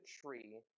tree